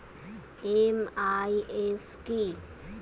MIS কি?